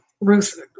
Ruth